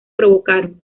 provocaron